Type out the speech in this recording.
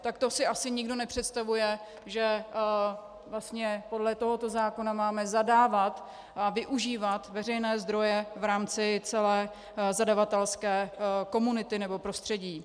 Takto si asi nikdo nepředstavuje, že vlastně podle tohoto zákona máme zadávat a využívat veřejné zdroje v rámci celé zadavatelské komunity nebo prostředí.